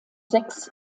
sechs